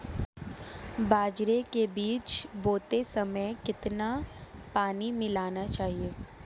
बाजरे के बीज बोते समय कितना पानी मिलाना चाहिए?